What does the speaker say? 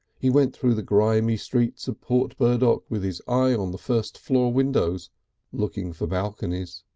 he went through the grimy streets of port burdock with his eye on the first floor windows looking for balconies.